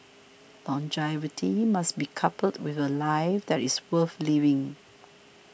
longevity must be coupled with a life that is worth living